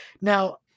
Now